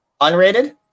Unrated